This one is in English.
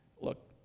look